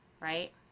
right